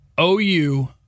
OU